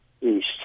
east